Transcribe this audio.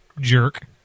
jerk